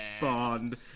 Bond